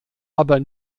aber